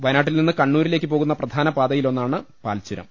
വയനാ ട്ടിൽ നിന്ന് കണ്ണൂരിലേക്ക് പോകുന്ന പ്രധാന പാതയിലൊന്നാണ് പാൽച്ചുരം